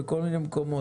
בכל מיני מקומות.